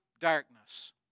darkness